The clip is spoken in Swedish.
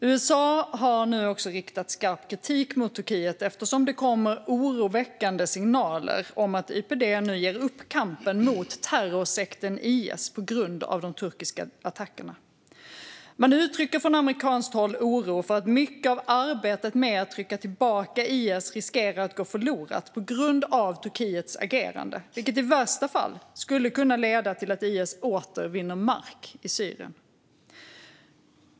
USA har nu riktat skarp kritik mot Turkiet eftersom det kommer oroväckande signaler om att YPG nu, på grund av de turkiska attackerna, ger upp kampen mot terrorsekten IS. Man uttrycker från amerikanskt håll oro för att mycket av arbetet med att trycka tillbaka IS riskerar att gå förlorat på grund av Turkiets agerande. I värsta fall skulle det kunna leda till att IS åter vinner mark i Syrien.